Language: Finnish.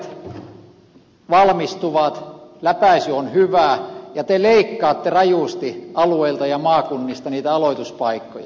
ammattikorkeakouluista nuoret valmistuvat läpäisy on hyvä ja te leikkaatte rajusti alueilta ja maakunnista niitä aloituspaikkoja